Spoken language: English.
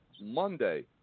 Monday